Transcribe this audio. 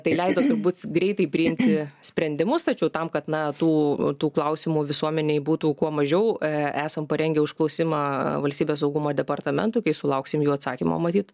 tai leido būt greitai priimti sprendimus tačiau tam kad na tų tų klausimų visuomenei būtų kuo mažiau esam parengę užklausimą valstybės saugumo departamentui kai sulauksim jų atsakymo matyt